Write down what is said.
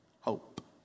hope